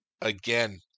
again